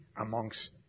amongst